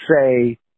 say